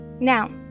now